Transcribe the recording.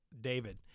David